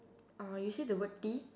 uh you see the word T